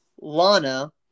Lana